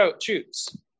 choose